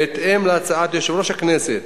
בהתאם להצעת יושב-ראש הכנסת,